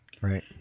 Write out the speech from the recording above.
Right